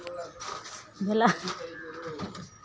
भेलै